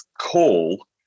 call